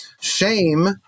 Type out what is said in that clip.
shame